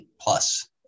plus